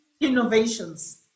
innovations